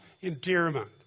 endearment